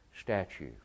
statue